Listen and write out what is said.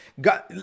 God